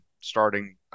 starting